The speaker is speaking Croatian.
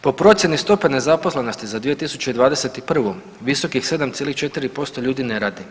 Po procjeni stope nezaposlenosti za 2021. visokih 7,4% ljudi ne radi.